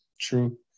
True